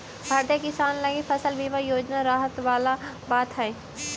भारतीय किसान लगी फसल बीमा योजना राहत वाला बात हइ